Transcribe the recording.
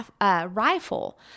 rifle